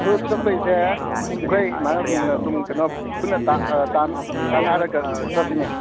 ꯑꯗꯨ ꯆꯠꯄꯩꯁꯦ ꯑꯩꯈꯣꯏ ꯏꯃꯥꯟꯅꯕꯁꯤꯡ ꯑꯗꯨꯝ ꯀꯩꯅꯣ ꯄꯨꯟꯅ ꯇꯥꯟꯅꯔꯒ ꯆꯠꯁꯤꯅꯦ